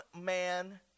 man